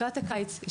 נכון.